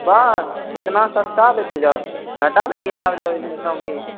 बस ईतना सस्ता दै छहो घटा लेकिन ने होलो आमके